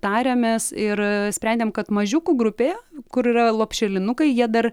tariamės ir sprendėm kad mažiukų grupėje kur yra lopšelinukai jie dar